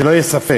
שלא יהיה ספק,